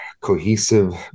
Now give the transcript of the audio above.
cohesive